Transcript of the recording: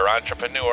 entrepreneur